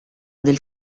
del